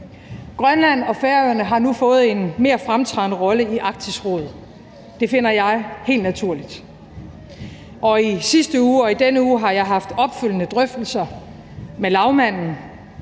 Grønland og Færøerne har nu fået en mere fremtrædende rolle i Arktisk Råd. Det finder jeg helt naturligt. Og i sidste uge og i denne uge har jeg haft opfølgende drøftelser med lagmanden